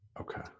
Okay